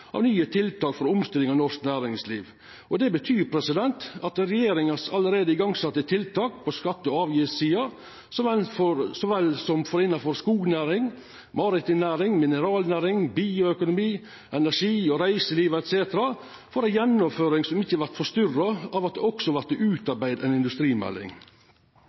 nye tiltak for omstilling av norsk næringsliv. Det betyr at dei tiltaka som allereie er sette i gang av regjeringa – på skatte- og avgiftssida så vel som innanfor skognæring, maritim næring, mineralnæring, bioøkonomi, energi og reiseliv, etc. – får ei gjennomføring som ikkje vert forstyrra av at det også vert utarbeidd ei industrimelding.